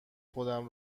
خودم